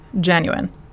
Genuine